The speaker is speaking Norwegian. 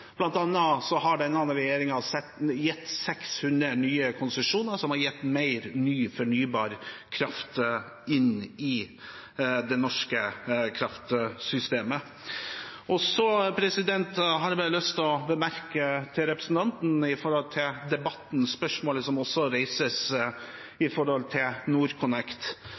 har denne regjeringen gitt 600 nye konsesjoner, noe som har gitt mer ny fornybar kraft i det norske kraftsystemet. Jeg har bare lyst å bemerke til representanten når det gjelder debatten og spørsmålet som reises